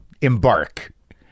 embark